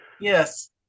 Yes